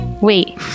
Wait